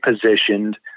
positioned